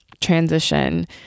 transition